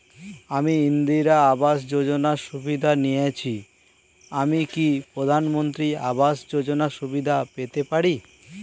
আমি ইন্দিরা আবাস যোজনার সুবিধা নেয়েছি আমি কি প্রধানমন্ত্রী আবাস যোজনা সুবিধা পেতে পারি?